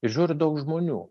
ir žiūri daug žmonių